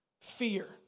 fear